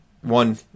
one